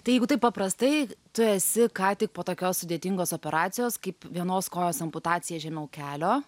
tai jeigu taip paprastai tu esi ką tik po tokios sudėtingos operacijos kaip vienos kojos amputacija žemiau kelio